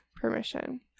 permission